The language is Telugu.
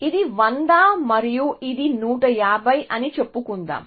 ఇది 100 మరియు ఇది 150 అని చెప్పుకుందాం